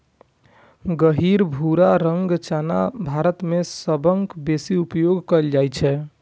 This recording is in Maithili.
गहींर भूरा रंगक चना भारत मे सबसं बेसी उपयोग कैल जाइ छै